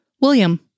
William